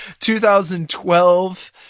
2012